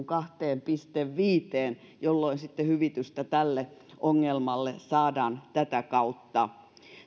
kahteen pilkku viiteen jolloin hyvitystä tälle ongelmalle saadaan tätä kautta